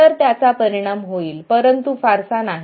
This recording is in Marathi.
तर त्याचा परिणाम होईल परंतु फारसा नाही